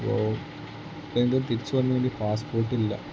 അപ്പോൾ എന്താണ് തിരിച്ച് വന്നാൽ പാസ്പോട്ടില്ല